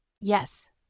Yes